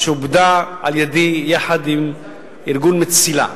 שעובדה על-ידי יחד עם ארגון מציל"ה.